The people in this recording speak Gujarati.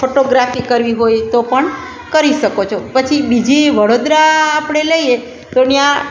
ફોટોગ્રાફી કરવી હોય તો પણ કરી શકો છો પછી બીજી વડોદરા આપણે લઈએ તો ત્યાં